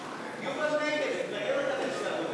(הטבה במס בעסקה לרכישת דירת מגורים מוטבת),